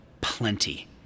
plenty